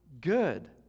good